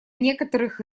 некоторых